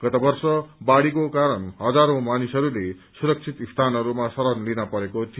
गत वर्ष बाढ़ीको कारण हजारौँ मानिसहरूले सुरक्षित स्थानहरूमा श्ररण लिन परेको थियो